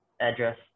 address